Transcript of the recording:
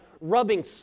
rubbing